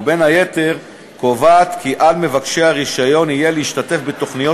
ובין היתר קובעת כי על מבקשי הרישיון יהיה להשתתף בתוכניות